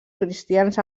cristians